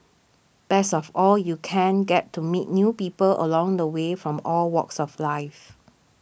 best of all you can get to meet new people along the way from all walks of life